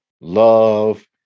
love